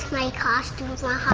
my costume for